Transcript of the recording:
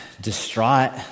distraught